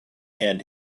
and